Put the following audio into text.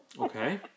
Okay